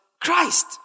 Christ